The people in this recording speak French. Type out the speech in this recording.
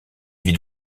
vis